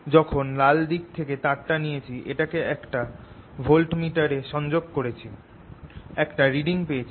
যখন লাল দিক থেকে তারটা নিয়েছি এটাকে একটা ভোল্টমিটারে সংযোগ করেছি একটা রিডিং পেয়েছি